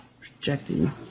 projecting